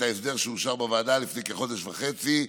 את ההסדר שאושר בוועדה לפני כחודש וחצי,